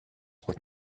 what